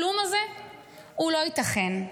הכלום הזה לא ייתכן.